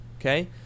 Okay